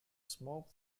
smoke